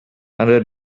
under